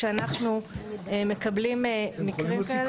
כשאנחנו מקבלים מקרים כאלה --- אתם יכולים